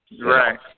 Right